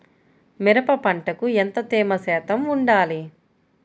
మిరప పంటకు ఎంత తేమ శాతం వుండాలి?